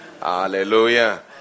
Hallelujah